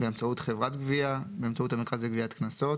באמצעות חברת גבייה, באמצעות המרכז לגביית קנסות,